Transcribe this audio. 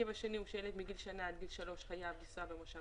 המרכיב השני הוא שילד מגיל שנה עד גיל שלוש חייב לנסוע במושב